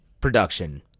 production